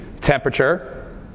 temperature